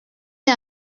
est